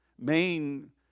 main